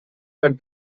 that